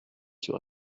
sur